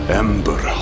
ember